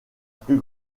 plus